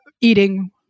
eating